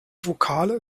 vokale